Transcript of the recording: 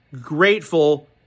grateful